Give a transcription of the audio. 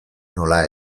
nola